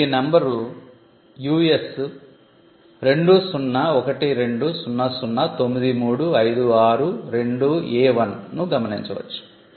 మీరు ఈ number US 20120093562A1 ను గమనించవచ్చు